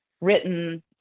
written